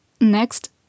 Next